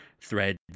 threads